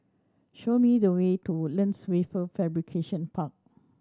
show me the way to Lands Wafer Fabrication Park